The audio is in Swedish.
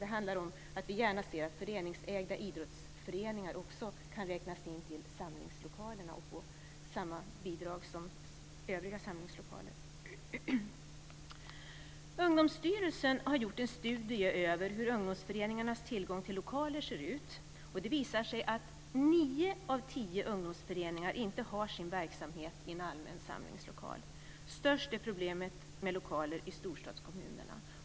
Den handlar om att vi gärna ser att föreningsägda idrottslokaler också kan räknas in bland samlingslokalerna och få samma bidrag som övriga samlingslokaler. Ungdomsstyrelsen har gjort en studie över ungdomsföreningarnas tillgång till lokaler. Det visar sig att nio av tio ungdomsföreningar inte har sin verksamhet i en allmän samlingslokal. Störst är problemet med lokaler i storstadskommunerna.